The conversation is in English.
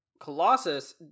Colossus